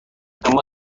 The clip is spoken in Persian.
اما